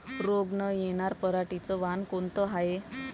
रोग न येनार पराटीचं वान कोनतं हाये?